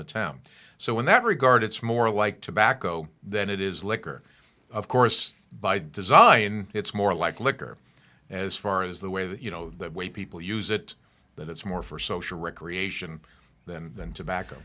the town so in that regard it's more like tobacco than it is liquor of course by design it's more like liquor as far as the way that you know that way people use it that it's more for social recreation than than tobacco